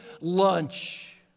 lunch